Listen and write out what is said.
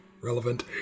relevant